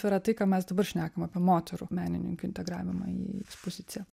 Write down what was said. tai yra tai ką mes dabar šnekam apie moterų menininkių integravimą į ekspoziciją